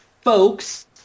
folks